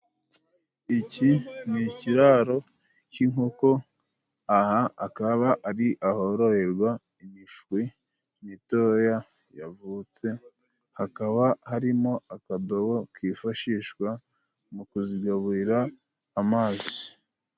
Iki ni ikiraro cy'inkoko. Aha akaba ari ahororerwa imishwi mitoya yavutse. Hakaba harimo akadobo kifashishwa mu kuzigaburira amazi.